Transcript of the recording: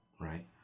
right